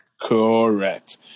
Correct